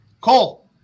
Cole